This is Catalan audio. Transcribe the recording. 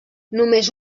només